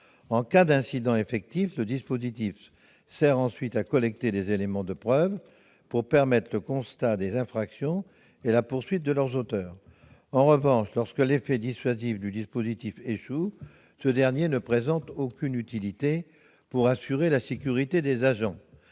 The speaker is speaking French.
En cas d'incident effectif, le dispositif sert ensuite à collecter des éléments de preuve pour permettre le constat des infractions et la poursuite de leurs auteurs. En revanche, lorsque l'effet dissuasif du dispositif échoue, ce dernier ne présente aucune utilité pour assurer la sécurité des agents.